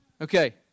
Okay